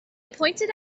pointed